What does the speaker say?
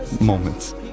Moments